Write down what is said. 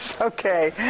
okay